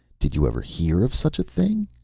did you ever hear of such a thing?